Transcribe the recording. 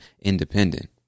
independent